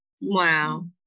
wow